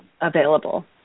available